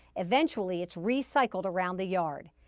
eventually it's recycled around the yard.